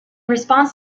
response